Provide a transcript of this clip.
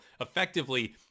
effectively